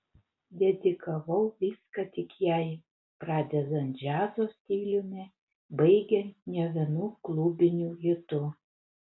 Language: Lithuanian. dedikavau viską tik jai pradedant džiazo stiliumi baigiant ne vienu klubiniu hitu